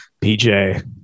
PJ